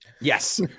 Yes